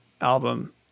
album